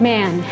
Man